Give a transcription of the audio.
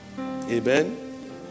Amen